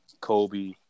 Kobe